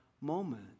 moment